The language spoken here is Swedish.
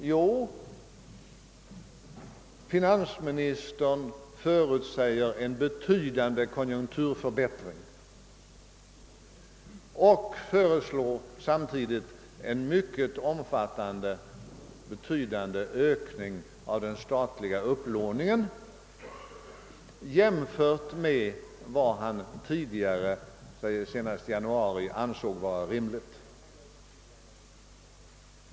Jo, finansmi nistern förutsäger en betydande konjunkturförbättring och föreslår samtidigt en mycket betydande ökning av totalbudgetens underskott och den statliga upplåningen jämfört med vad han tidigare, senast i januari, ansåg vara rimligt.